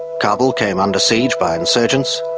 kabul came under siege by insurgents,